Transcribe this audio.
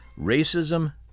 Racism